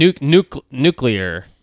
Nuclear